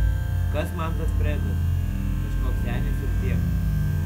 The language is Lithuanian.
kas man tas prezas kažkoks senis ir tiek